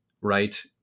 right